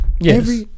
yes